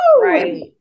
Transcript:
Right